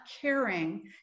caring